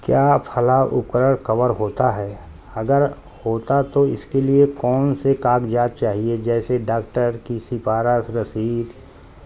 کیا فلاں اکرن کور ہوتا ہے اگر ہوتا تو اس کے لیے کون سے کاغذات چاہیے جیسے ڈاکٹر کی سفارش رسید